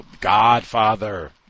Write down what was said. Godfather